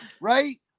right